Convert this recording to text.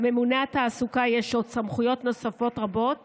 לממונה התעסוקה יש סמכויות נוספות רבות